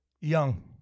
Young